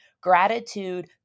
Gratitude